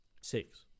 Six